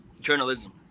Journalism